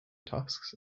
tasks